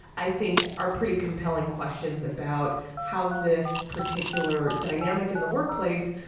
i think are pretty compelling questions about how this particular dynamic in the workplace,